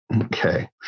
okay